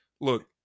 Look